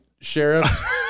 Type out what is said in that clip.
sheriff